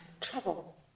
Trouble